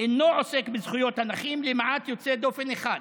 אינו עוסק בזכויות הנכים, למעט יוצא דופן אחד: